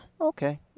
okay